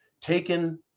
taken